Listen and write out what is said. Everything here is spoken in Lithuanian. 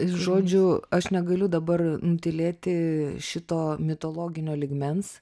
žodžiu aš negaliu dabar nutylėti šito mitologinio lygmens